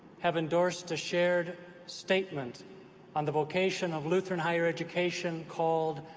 have endorsed a shared statement on the vocation of lutheran higher education called,